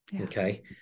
Okay